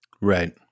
Right